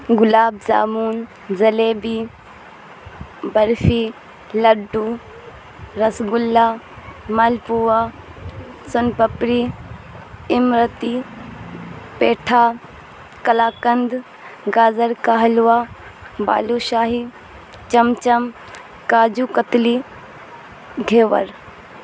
gulab jamun jalebi barfi laddu rasgulla malpua sohan papdi imarti petha kalakand gajar ka halwa balushahi cham cham kaju katli ghevar